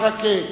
ברכה,